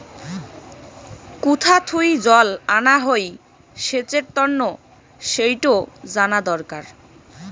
কুথা থুই জল আনা হই সেচের তন্ন সেইটো জানা দরকার